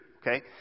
okay